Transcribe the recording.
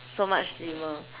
so much slimmer